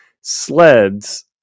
sleds